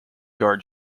guard